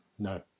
No